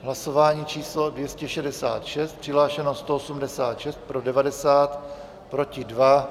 Hlasování číslo 266, přihlášeno 186, pro 90, proti 2.